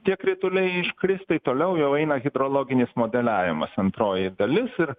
tie krituliai iškris tai toliau jau eina hidrologinis modeliavimas antroji dalis ir